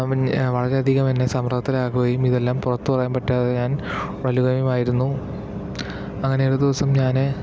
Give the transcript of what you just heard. വളരെയധികം എന്നെ സമ്മർദ്ദത്തിലാക്കുകയും ഇതെല്ലാം പുറത്ത് പറയാന് പറ്റാതെ ഞാന് വലയുകയും ആയിരുന്നു അങ്ങനെ ഒരു ദിവസം ഞാൻ